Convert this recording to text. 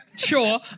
Sure